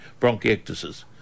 bronchiectasis